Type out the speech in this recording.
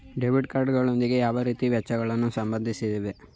Debit card ಗಳೊಂದಿಗೆ ಯಾವ ರೀತಿಯ ವೆಚ್ಚಗಳು ಸಂಬಂಧಿಸಿವೆ?